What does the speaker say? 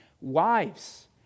Wives